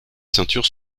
ceintures